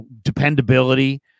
dependability